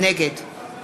נגד